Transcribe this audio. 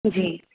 जी